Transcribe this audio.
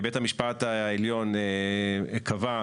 בית המשפט העליון קבע,